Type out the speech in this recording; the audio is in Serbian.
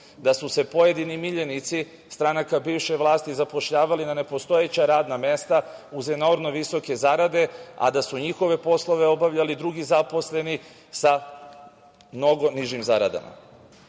Pojedini miljenici stranaka bivše vlasti su se zapošljavali na nepostojeća radna mesta uz enormno visoke zarade, a njihove poslove su obavljali drugi zaposleni sa mnogo nižim zaradama. Ono